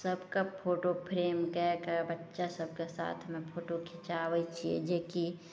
सबके photo frame कए कऽ बच्चा सबके साथमे फोटो खीचाबय छियै जेकी